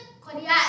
Korea